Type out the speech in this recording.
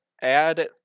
add